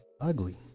ugly